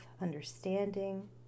understanding